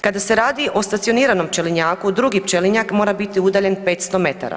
Kada se radi o stacioniranom pčelinjaku, drugi pčelinjak mora biti udaljen 500 metara.